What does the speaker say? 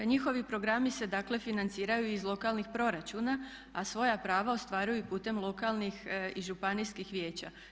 Njihovi programi se dakle financiraju iz lokalnih proračuna a svoja prava ostvaruju i putem lokalnih i županijskih vijeća.